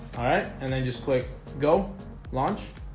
alright, and then just click go launch